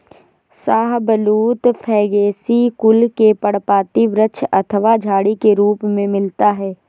शाहबलूत फैगेसी कुल के पर्णपाती वृक्ष अथवा झाड़ी के रूप में मिलता है